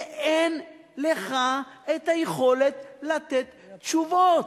ואין לך יכולת לתת תשובות.